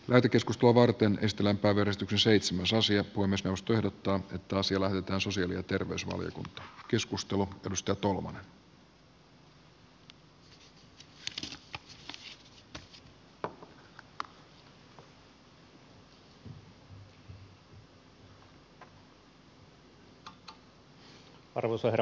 mäkikeskus tuo varteen ristillä power tyttö seitsemäs asia kuin myös rusty ottaa mittaa sillä on sosiaali ja terveysvaliokunta arvoisa herra puhemies